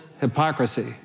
Hypocrisy